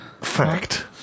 Fact